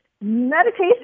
Meditation